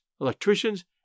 electricians